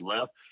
left